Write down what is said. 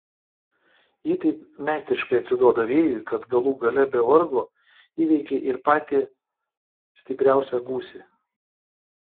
ji taip meistriškai atsiduoda vėjui kad galų gale be vargo įveikia ir patį stipriausią gūsį